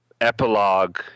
epilogue